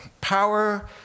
power